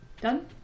Done